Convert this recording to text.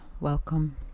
welcome